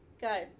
go